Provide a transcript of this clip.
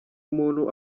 umuntu